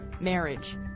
marriage